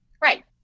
right